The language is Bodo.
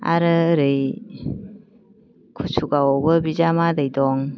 आरो ओरै कुसुगावआवबो बिजामादै दं